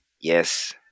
Yes